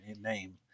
name